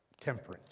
temperance